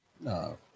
No